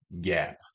gap